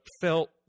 felt